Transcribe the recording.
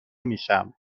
میشم